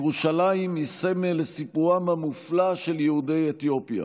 ירושלים היא סמל לסיפורם המופלא של יהודי אתיופיה